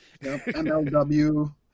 MLW